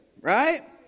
right